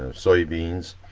soybeans,